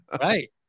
Right